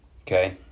Okay